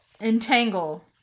entangle